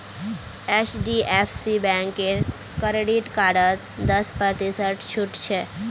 HDFC बैंकेर credit कार्डत दस प्रतिशत छूट छ